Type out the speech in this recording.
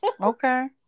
okay